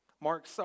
Mark